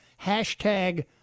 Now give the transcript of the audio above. hashtag